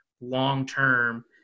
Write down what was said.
long-term